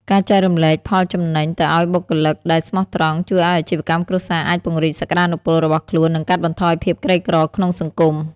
ការចែករំលែកផលចំណេញទៅឱ្យបុគ្គលិកដែលស្មោះត្រង់ ជួយឱ្យអាជីវកម្មគ្រួសារអាចពង្រីកសក្ដានុពលរបស់ខ្លួន និងកាត់បន្ថយភាពក្រីក្រក្នុងសង្គម។